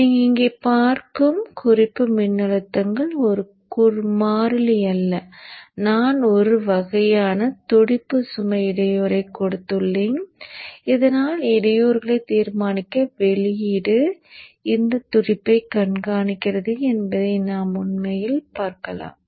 நீங்கள் இங்கே பார்க்கும் குறிப்பு மின்னழுத்தங்கள் ஒரு மாறிலி அல்ல நான் ஒரு வகையான துடிப்பு சுமை இடையூறைக் கொடுத்துள்ளேன் இதனால் இடையூறுகளைத் தீர்மானிக்க வெளியீடு இந்த துடிப்பைக் கண்காணிக்கிறது என்பதை நாம் உண்மையில் பார்க்கலாம்